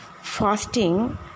fasting